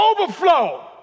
overflow